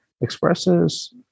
expresses